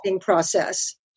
process